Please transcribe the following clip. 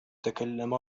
تكلم